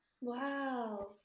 Wow